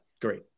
Great